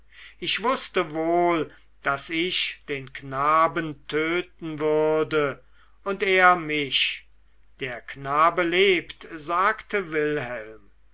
ich wußte wohl daß ich den knaben töten würde und er mich der knabe lebt sagte wilhelm